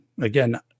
Again